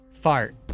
fart